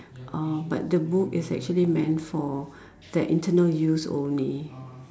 uh but the book is actually meant for the internal use only